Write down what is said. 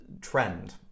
trend